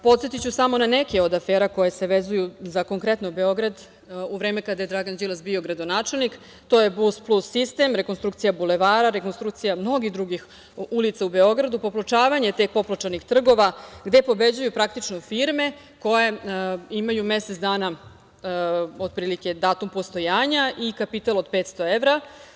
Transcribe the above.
Podsetiću samo na neke od afera koje se vezuju konkretno za Beograd, u vreme kada je Dragan Đilas bio gradonačelnik, to je Bus-plus sistem, rekonstrukcija bulevara, rekonstrukcija mnogih drugih ulica u Beogradu, popločavanje tek popločanih trgova, gde pobeđuju praktično firme koje imaju mesec dana otprilike datum postojanja i kapital od 500 evra.